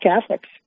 Catholics